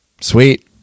Sweet